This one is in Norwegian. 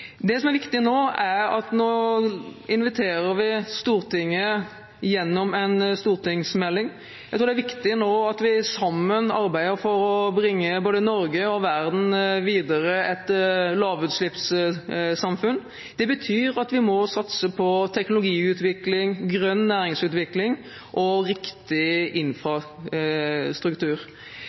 Det som er viktig, er at vi nå inviterer Stortinget gjennom en stortingsmelding. Jeg tror det er viktig nå at vi sammen arbeider for å bringe både Norge og verden videre mot et lavutslippssamfunn. Det betyr at vi må satse på teknologiutvikling, grønn næringsutvikling og riktig infrastruktur.